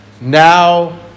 now